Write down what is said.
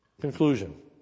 Conclusion